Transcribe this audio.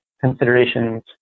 considerations